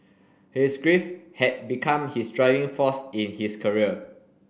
his grief had become his driving force in his career